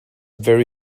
very